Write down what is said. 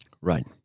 right